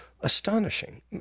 astonishing